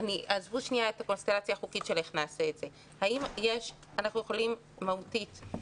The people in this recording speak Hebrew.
ועזבו לרגע את הקונסטלציה החוקית: האם מהותית אנחנו יכולים